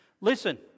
Listen